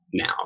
now